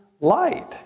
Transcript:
light